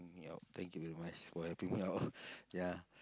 help me out thank you very much for helping me out ya